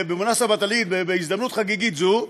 (אומר בערבית: לרגל החג,) בהזדמנות חגיגית זו,